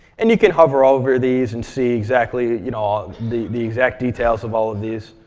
and you can hover over these and see exactly you know the the exact details of all of these.